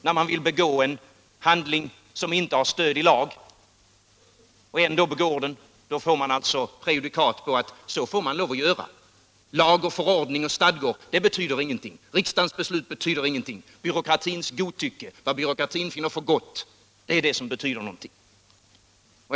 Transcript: När man begår en handling som inte har något stöd i lag får man alltså prejudikat på att man får lov att göra så. Lagar, förordningar och stadgar betyder ingenting. Riksdagens beslut betyder ingenting. Vad byråkratin finner för gott är det som betyder någonting.